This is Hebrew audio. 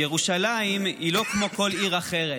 ירושלים היא לא כמו כל עיר אחרת,